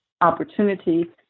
opportunity